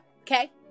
Okay